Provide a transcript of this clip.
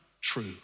true